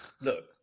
look